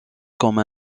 comme